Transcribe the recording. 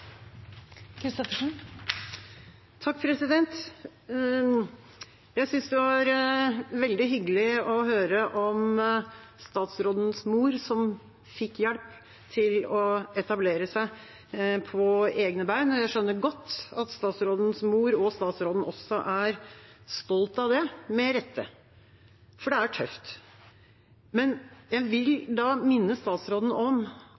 Jeg synes det var veldig hyggelig å høre om statsrådens mor som fikk hjelp til å etablere seg på egne bein, og jeg skjønner godt at statsrådens mor og statsråden også er stolt av det – med rette, for det er tøft. Men jeg vil da minne statsråden om